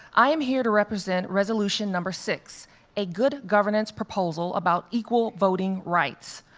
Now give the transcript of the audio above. i am here to represent resolution number six, a good governance proposal about equal voting rights.